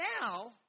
now